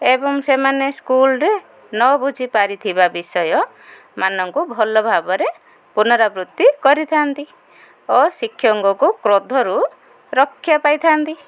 ଏବଂ ସେମାନେ ସ୍କୁଲ୍ରେ ନ ବୁଝି ପାରିଥିବା ବିଷୟ ମାନଙ୍କୁ ଭଲ ଭାବରେ ପୁନରାବୃତ୍ତି କରିଥାନ୍ତି ଓ ଶିକ୍ଷକଙ୍କ କ୍ରୋଧରୁ ରକ୍ଷା ପାଇଥାନ୍ତି